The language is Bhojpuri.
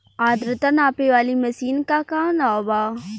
आद्रता नापे वाली मशीन क का नाव बा?